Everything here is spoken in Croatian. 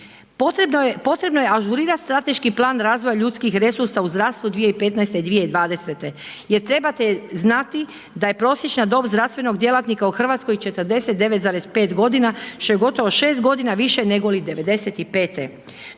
potrebno je ažurirat strateški plan razvoja ljudskih resursa u zdravstvu 2015./2020. jer trebate znati da je prosječna dob zdravstvenog djelatnika u Hrvatskoj 49,5 godina, što je gotovo 6 godina više negoli '95. Do